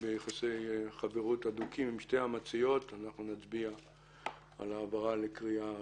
נשתכנע, נצביע על העברתן לקריאה ראשונה.